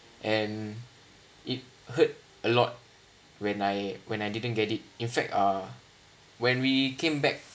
and it hurt a lot when I when I didn't get it in fact uh when we came back